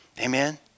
Amen